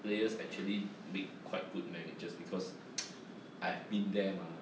players actually make quite good managers because I've been there mah